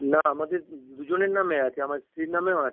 না আমাদের দুজনের নামে আছে আমার স্ত্রীর নামেও আছে